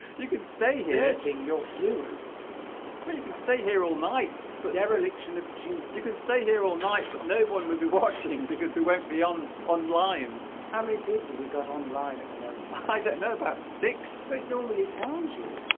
you can stay here ting your viewers well you can stay here all night but ever election of cute you can stay here all night but no one will be watching because we won't be on online how many people have we got online at the moment i don't know about six it normally tells you